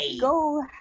Go